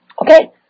Okay